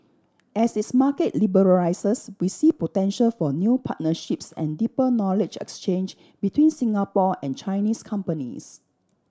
as its market liberalises we see potential for new partnerships and deeper knowledge exchange between Singapore and Chinese companies